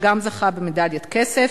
שגם זכה במדליית כסף,